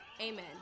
Amen